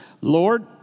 Lord